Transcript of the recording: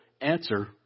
answer